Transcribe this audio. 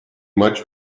much